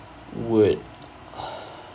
would